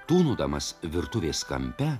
tūnodamas virtuvės kampe